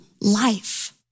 life